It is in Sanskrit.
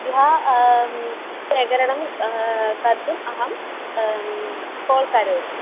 इह प्रकरणं कर्तुम् अहं काल् करोमि